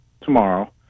tomorrow